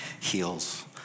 heals